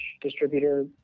distributor